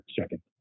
second